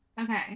Okay